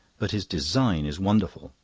but his design is wonderful.